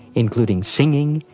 including singing,